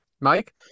Mike